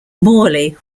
morley